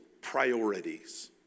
priorities